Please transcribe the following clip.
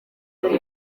ati